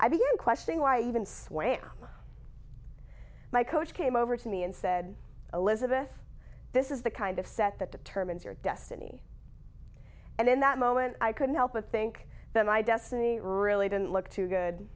began questioning why even swam my coach came over to me and said elizabeth this is the kind of set that determines your destiny and in that moment i couldn't help but think that my destiny really didn't look too good